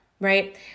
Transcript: right